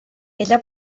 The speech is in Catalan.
ella